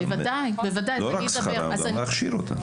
לא רק שכרן, גם להכשיר אותן.